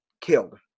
killed